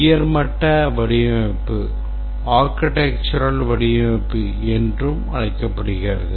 உயர் மட்ட வடிவமைப்பு architectural வடிவமைப்பு என்றும் அழைக்கப்படுகிறது